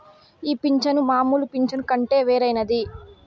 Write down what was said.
ఈ పింఛను మామూలు పింఛను కంటే వేరైనది